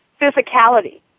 physicality